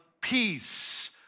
peace